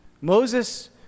Moses